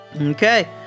Okay